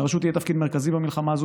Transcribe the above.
לרשות יהיה תפקיד מרכזי במלחמה הזו.